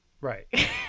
Right